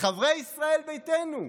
חברי ישראל ביתנו,